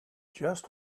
just